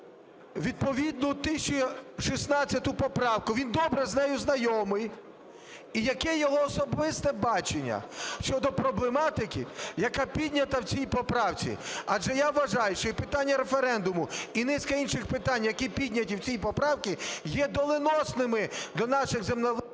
відповідну 1016 поправку, він добре з нею знайомий, і яке його особисте бачення щодо проблематики, яка піднята в цій поправці, адже я вважаю, що і питання референдуму, і низка інших питань, які підняті в цій поправці, є доленосними для наших…